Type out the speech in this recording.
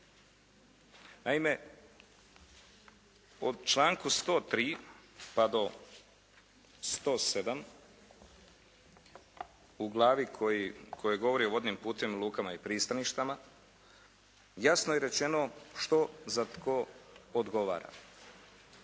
Naime, od članka 103. pa do 107. u glavi koja govori o vodnim putevima, lukama i pristaništima jasno je rečeno što za tko odgovara.